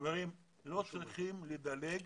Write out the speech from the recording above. חברים, לא צריכים לדלג